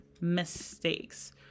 mistakes